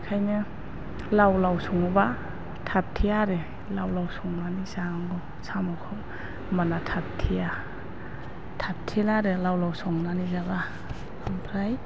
बेनिखायनो लाव लाव सङोबा थाबथेआ आरो लाव लाव संनानै जानांगौ साम'खौ होनबाना थाबथेआ थाबथेला आरो लाव लाव संनानै जाबा ओमफ्राय